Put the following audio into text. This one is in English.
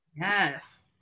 Yes